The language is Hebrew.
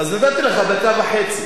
אז נתתי לך דקה וחצי,